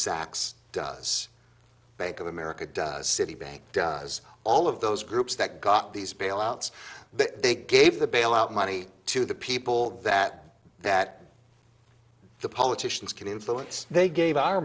sachs does bank of america does citibank does all of those groups that got these bailouts they gave the bailout money to the people that that the politicians can influence they gave our